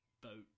boat